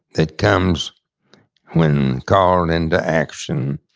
that comes when called into action,